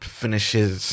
finishes